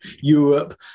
Europe